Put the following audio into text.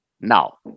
Now